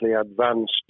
advanced